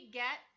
get